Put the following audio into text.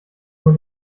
nur